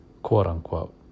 quote-unquote